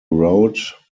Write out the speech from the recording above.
rout